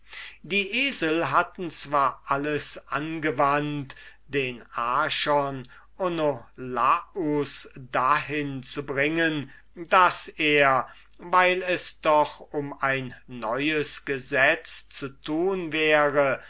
die esel hatten zwar alles angewandt den archon onolaus dahin zu bringen daß er weil es doch um ein neues gesetz zu tun wäre